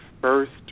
first